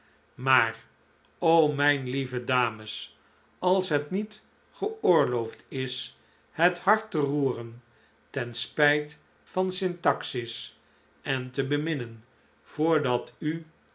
maar o mijn lieve dames als het niet geoorloofd is het hart te roeren ten spijt van syntaxis en te beminnen voordat u